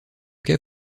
cas